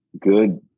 good